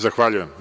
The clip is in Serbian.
Zahvaljujem.